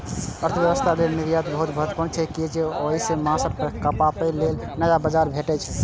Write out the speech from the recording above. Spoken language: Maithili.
अर्थव्यवस्था लेल निर्यात बड़ महत्वपूर्ण छै, कियै तं ओइ सं माल खपाबे लेल नया बाजार भेटै छै